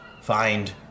find